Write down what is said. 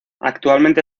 actualmente